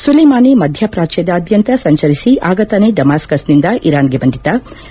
Soleimani ಮಧ್ಯಪ್ರಾಚ್ನದಾದ್ಯಂತ ಸಂಚರಿಸಿ ಆಗ ತಾನೇ ಡಮಾಸ್ತಸ್ನಿಂದ ಇರಾನ್ಗೆ ಬಂದಿದ್ಲ